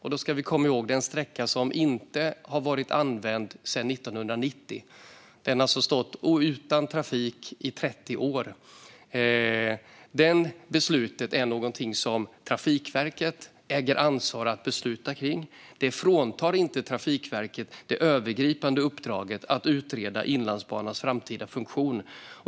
Vi ska komma ihåg att det är en sträcka som inte har varit använd sedan 1990. Den har alltså stått utan trafik i 30 år. Det beslutet är någonting som Trafikverket äger ansvar att ta. Det fråntar inte Trafikverket det övergripande uppdraget att utreda Inlandsbanans framtida funktion.